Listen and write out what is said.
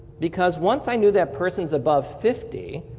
because once i know that person is above fifty,